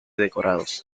decorados